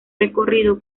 recorrido